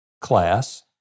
class